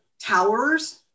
towers